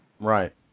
Right